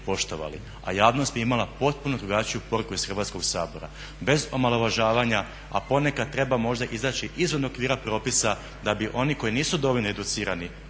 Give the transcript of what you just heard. a javnost bi imala potpuno drugačiju poruku iz Hrvatskog sabora bez omalovažavanja, a ponekad treba možda izaći izvan okvira propisa da bi oni koji nisu dovoljno educirani,